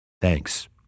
Thanks